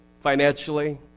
financially